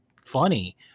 funny